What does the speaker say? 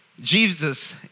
Jesus